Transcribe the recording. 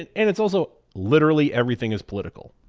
and and it's also, literally everything is political.